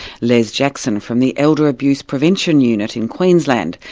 les jackson from the elder abuse prevention unit in queensland,